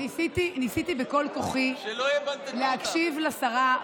ניסיתי בכל כוחי להקשיב לשרה,